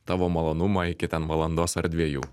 tavo malonumą iki ten valandos ar dviejų